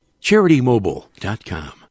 CharityMobile.com